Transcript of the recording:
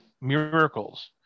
miracles